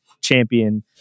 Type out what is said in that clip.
champion